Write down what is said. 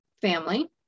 family